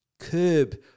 curb